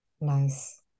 Nice